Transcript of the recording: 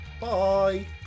Bye